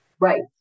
Right